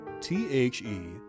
T-H-E